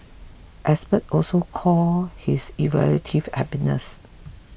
experts also call his evaluative happiness